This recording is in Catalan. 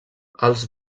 els